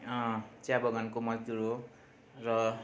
चिया बगानको मजदुर हो र